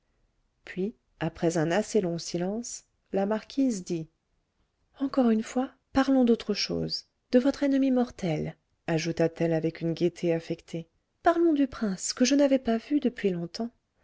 puis après un assez long silence la marquise dit encore une fois parlons d'autre chose de votre ennemi mortel ajouta-t-elle avec une gaieté affectée parlons du prince que je n'avais pas vu depuis longtemps